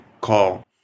call